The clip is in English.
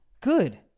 good